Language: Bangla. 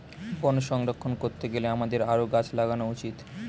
বন সংরক্ষণ করতে গেলে আমাদের আরও গাছ লাগানো উচিত